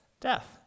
Death